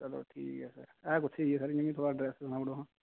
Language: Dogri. चलो ठीक ऐ सर ऐ कुत्थै जेही सर इ'यां मिगी थोह्ड़ा अड्रैस सनाई ओड़ो हां